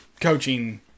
coaching